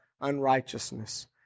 unrighteousness